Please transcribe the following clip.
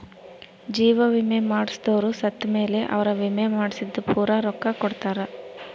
ಜೀವ ವಿಮೆ ಮಾಡ್ಸದೊರು ಸತ್ ಮೇಲೆ ಅವ್ರ ವಿಮೆ ಮಾಡ್ಸಿದ್ದು ಪೂರ ರೊಕ್ಕ ಕೊಡ್ತಾರ